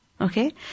Okay